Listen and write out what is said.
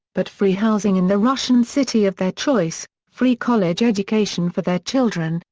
but free housing in the russian city of their choice, free college education for their children,